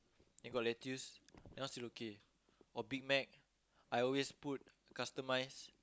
then got lettuce that one still okay or Big-Mac I always put customize